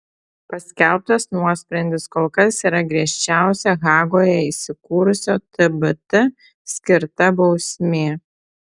paskelbtas nuosprendis kol kas yra griežčiausia hagoje įsikūrusio tbt skirta bausmė